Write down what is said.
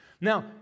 Now